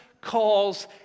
calls